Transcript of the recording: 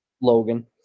Logan